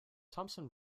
thomson